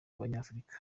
banyafurika